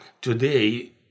today